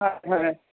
হয় হয়